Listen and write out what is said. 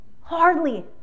Hardly